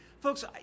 Folks